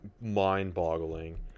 mind-boggling